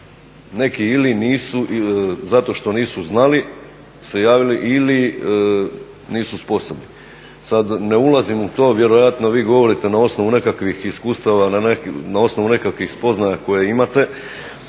neki ili nisu zato što nisu znali se javili ili nisu sposobni. Sada ne ulazim u to, vjerojatno vi govorite na osnovu nekakvih iskustava, na osnovu nekakvih spoznaja koje imate.